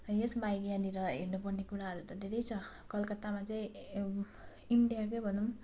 यस बाहेक यहाँनिर हेर्न पर्ने कुराहरू त धेरै छ कलकत्तामा चाहिँ एउ इन्डियाकै भनौँ